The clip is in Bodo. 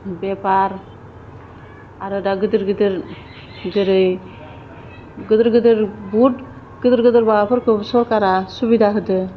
बेफार आरो दा गोदोर गोदोर जेरै गेदेर गोदोर बुहुत गेदेर गेदेर माबाफोरखौ सरकारा सुबिदा होदो